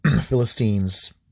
Philistines